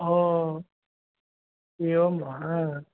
ओ एवं वा